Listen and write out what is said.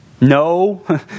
No